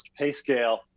PayScale